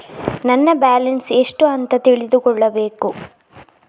ನನ್ನ ಬ್ಯಾಲೆನ್ಸ್ ಎಷ್ಟು ಅಂತ ತಿಳಿದುಕೊಳ್ಳಬೇಕು?